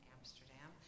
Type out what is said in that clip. Amsterdam